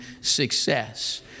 success